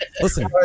Listen